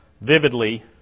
vividly